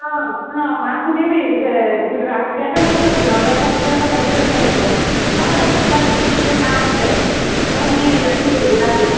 অ' অ' মাক সুধিবি যে কি বুলি কয় আগতীয়াকৈ সুধি থবি নহ'লে আকৌ পিছত আকৌ গালি চালি পাৰিব হ'ব দে মই যাও এতিয়া কাম আছে তই সুধিবি আহিবি ওলাবি